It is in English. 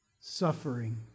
suffering